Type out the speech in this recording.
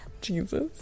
Jesus